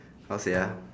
how to say ah